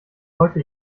leute